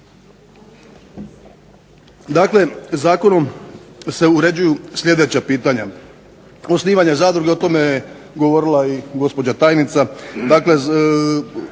Dakle zakonom se uređuju sljedeća pitanja, osnivanje zadruge, o tome je govorila i gospođa tajnica,